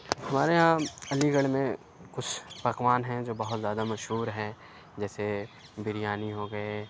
ہمارے یہاں علی گڑھ میں کچھ پکوان ہیں جو بہت زیادہ مشہور ہیں جیسے بریانی ہو گئے